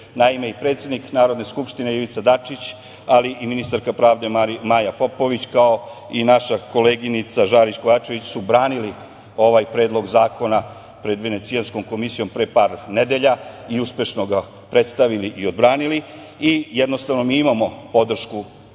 Naime, i predsednik Narodne skupštine, Ivica Dačić, ali i ministarka pravde Maja Popović, kao i naša koleginica Žarić Kovačević, su branili ovaj Predlog zakona pred Venecijanskom komisijom pre par nedelja i uspešno ga predstavili i odbranili. Jednostavno mi imamo podršku ovom